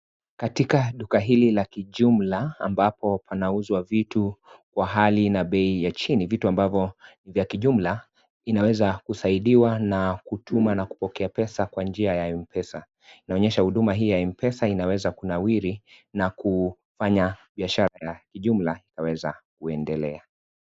Katika duka hili la kijumla ambapo panauzwa vitu wa hali na bei ya chini. Vitu ambavyo vya kijumla inaweza kusaidiwa na kutuma na kupokea pesa kwa njia ya Mpesa. Inaonyesha huduma hii ya Mpesa inaweza kunawiri na kufanya biashara ya kijumla ikaweza kuendelea.